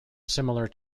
similar